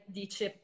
dice